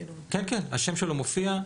כן, השם שלו מופיע.